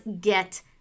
get